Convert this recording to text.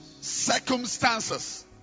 Circumstances